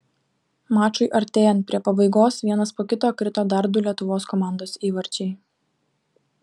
mačui artėjant prie pabaigos vienas po kito krito dar du lietuvos komandos įvarčiai